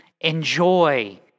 enjoy